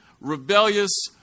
rebellious